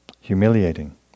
Humiliating